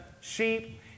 sheep